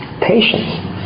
patience